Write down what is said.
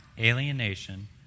alienation